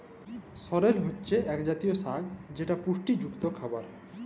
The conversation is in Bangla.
সরেল হছে ইক জাতীয় সাগ যেট পুষ্টিযুক্ত খাবার